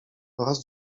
oraz